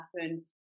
happen